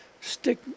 stick